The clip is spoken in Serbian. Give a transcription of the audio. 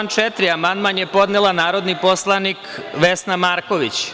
Na član 4. amandman je podnela narodni poslanik Vesna Marković.